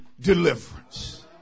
deliverance